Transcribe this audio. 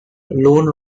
lone